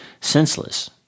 senseless